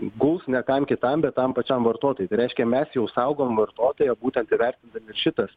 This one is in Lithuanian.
guls ne kam kitam bet tam pačiam vartotojui tai reiškia mes jau saugom vartotoją būtent įvertindami ir šitas